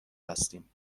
هستیم